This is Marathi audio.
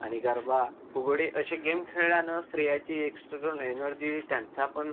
आणि गरबा फुगडी असे गेम खेळल्यानं स्त्रियाची एक स्टुडन एनर्जी त्यांचापण